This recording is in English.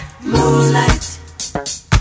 Moonlight